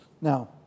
Now